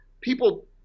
people